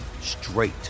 straight